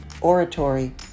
oratory